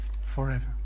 forever